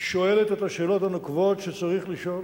שואלת את השאלות הנוקבות שצריך לשאול.